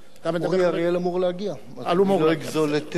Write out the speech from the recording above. אורי אריאל אמור להגיע, אני לא אגזול את מקומו.